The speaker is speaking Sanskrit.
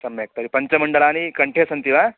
सम्यक् तर्हि पञ्चमण्डलानि कण्ठे सन्ति वा